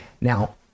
Now